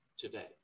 today